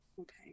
okay